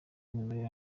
y’umwimerere